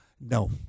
No